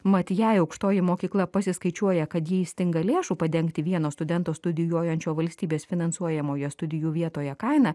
mat jei aukštoji mokykla pasiskaičiuoja kad jai stinga lėšų padengti vieno studento studijuojančio valstybės finansuojamoje studijų vietoje kainą